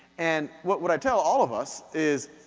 and what what i tell all of us is,